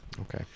Okay